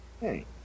Hey